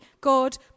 God